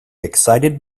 excited